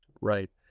Right